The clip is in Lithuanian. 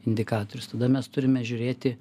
indikatorius tada mes turime žiūrėti